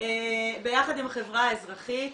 ביחד עם החברה האזרחית,